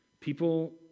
People